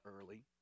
early